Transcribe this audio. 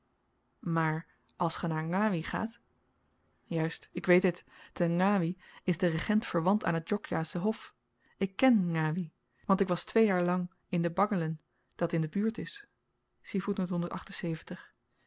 maar als ge naar ngawi gaat juist ik weet dit te ngawi is de regent verwant aan het djokjasche hof ik ken ngawi want ik was twee jaar lang in de baglen dat in de buurt is